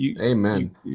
Amen